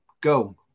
Go